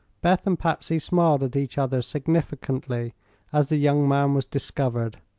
beth and patsy smiled at each other significantly as the young man was discovered,